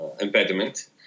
impediment